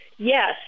Yes